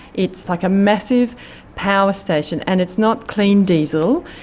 it's like a massive power station and it's not clean diesel,